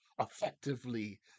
effectively